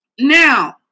Now